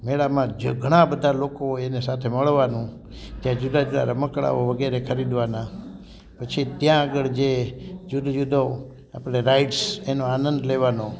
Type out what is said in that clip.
મેળામાં જે ઘણાબધાં લોકો હોય એને સાથે મળવાનું ત્યાં જુદા જુદા રમકડાઓ વગેરે ખરીદવાના પછી ત્યાં આગળ જે જુદો જુદો આપણે રાઇડ્સ એનો આનંદ લેવાનો